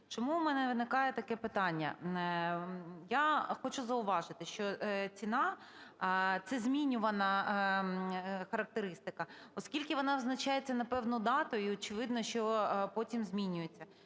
Чому у мене виникає таке питання? Я хочу зауважити, що ціна – це змінювана характеристика, оскільки вона визначається на певну дату, і очевидно що потім змінюється.